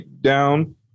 down